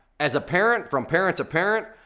as a parent, from parent to parent,